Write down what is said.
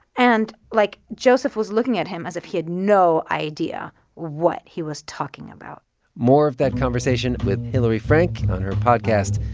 and, like, joseph was looking at him as if he had no idea what he was talking about more of that conversation with hillary frank on her podcast,